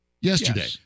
yesterday